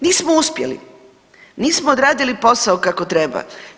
Nismo uspjeli, nismo odradili posao kako treba.